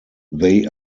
they